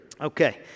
Okay